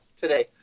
today